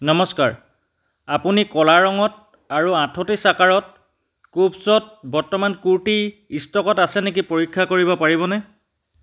নমস্কাৰ আপুনি ক'লা ৰঙত আৰু আঠত্ৰিছ আকাৰত কুভছ্ত বৰ্তমান কুৰ্তি ষ্টকত আছে নেকি পৰীক্ষা কৰিব পাৰিবনে